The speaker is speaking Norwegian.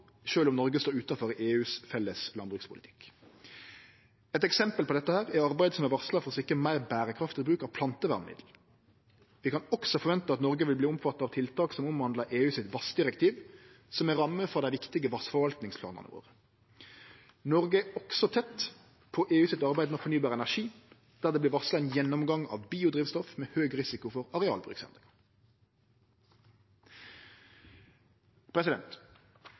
Noreg står utanfor EUs felles landbrukspolitikk. Eit eksempel på dette er arbeid som er varsla for å sikre meir berekraftig bruk av plantevernmiddel. Vi kan også forvente at Noreg vil verte omfatta av tiltak som omhandlar EUs vassdirektiv, som er ramme for dei viktige vassforvaltingsplanane våre. Noreg er også tett på EUs arbeid med fornybar energi, der det vert varsla ein gjennomgang av biodrivstoff med høg risiko for